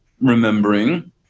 remembering